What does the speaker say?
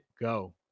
go